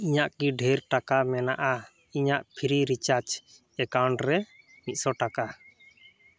ᱤᱧᱟᱹᱜ ᱠᱤ ᱰᱷᱮᱨ ᱴᱟᱠᱟ ᱢᱮᱱᱟᱜᱼᱟ ᱤᱧᱟᱹᱜ ᱯᱷᱨᱤ ᱨᱤᱪᱟᱨᱡᱽ ᱮᱠᱟᱣᱩᱱᱴ ᱨᱮ ᱢᱤᱫ ᱥᱚ ᱴᱟᱠᱟ